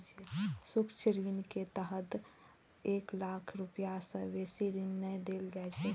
सूक्ष्म ऋण के तहत एक लाख रुपैया सं बेसी ऋण नै देल जाइ छै